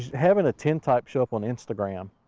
having a tintype show up on instagram,